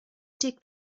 dig